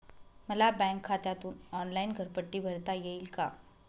मला बँक खात्यातून ऑनलाइन घरपट्टी भरता येईल का?